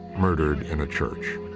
murdered in a church